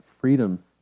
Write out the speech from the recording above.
freedom